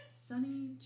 sunny